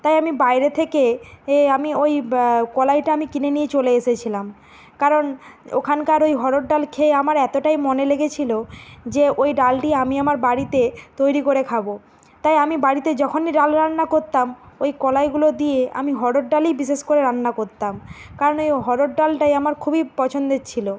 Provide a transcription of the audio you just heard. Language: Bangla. তাই আমি বাইরে থেকে এ আমি ওই ব্যা কলাইটা আমি কিনে নিয়ে চলে এসেছিলাম কারণ ওখানকার ওই অড়হর ডাল খেয়ে আমার এতটাই মনে লেগেছিলো যে ওই ডালটি আমি আমার বাড়িতে তৈরি করে খাব তাই আমি বাড়িতে যখনই ডাল রান্না করতাম ওই কলাইগুলো দিয়ে আমি অড়হর ডালই বিশেষ করে রান্না করতাম কারণ ওই অড়হর ডালটাই আমার খুবই পছন্দের ছিল